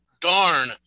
darn